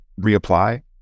reapply